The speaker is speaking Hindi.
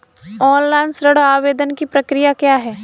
ऑनलाइन ऋण आवेदन की प्रक्रिया क्या है?